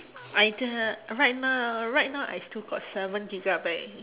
I t~ right now right now I still got seven gigabyte